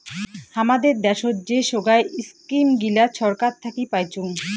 হামাদের দ্যাশোত যে সোগায় ইস্কিম গিলা ছরকার থাকি পাইচুঙ